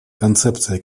концепция